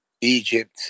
Egypt